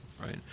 right